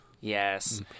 Yes